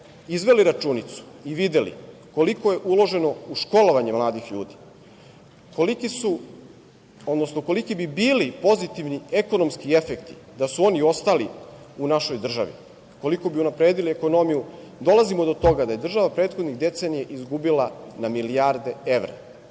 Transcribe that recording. izveli računicu i videli koliko je uloženo u školovanje mladih ljudi, koliki bi bili pozitivni ekonomski efekti da su oni ostali u našoj državi, koliko bi unapredili ekonomiju, dolazimo do toga da je država prethodnih decenija izgubila na milijarde evra. Ti